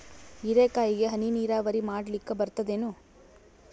ಹೀರೆಕಾಯಿಗೆ ಹನಿ ನೀರಾವರಿ ಮಾಡ್ಲಿಕ್ ಬರ್ತದ ಏನು?